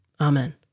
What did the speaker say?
Amen